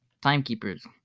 Timekeepers